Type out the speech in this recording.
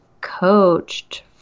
coached